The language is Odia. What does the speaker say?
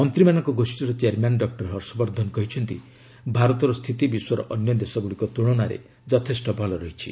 ମନ୍ତ୍ରୀମାନଙ୍କ ଗୋଷୀର ଚେୟାରମ୍ୟାନ୍ ଡକୁର ହର୍ଷବର୍ଦ୍ଧନ କହିଛନ୍ତି ଭାରତର ସ୍ଥିତି ବିଶ୍ୱର ଅନ୍ୟ ଦେଶଗୁଡ଼ିକ ତୁଳନାରେ ଯଥେଷ୍ଟ ଭଲ ରହିଛି